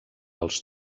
als